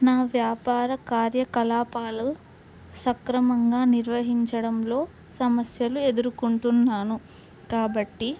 నా వ్యాపార కార్యకలాపాలు సక్రమంగా నిర్వహించడంలో సమస్యలు ఎదుర్కొంటున్నాను కాబట్టి